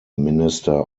minister